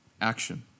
action